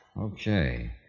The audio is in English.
Okay